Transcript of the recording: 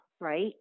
right